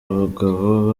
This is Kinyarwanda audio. abagabo